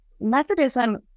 methodism